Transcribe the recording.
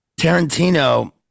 Tarantino